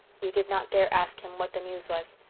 we did not dare ask him what the news was.